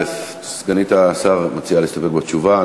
סגנית השר מציעה להסתפק בתשובה.